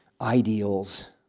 ideals